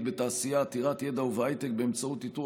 בתעשייה עתירת ידע ובהייטק באמצעות איתור,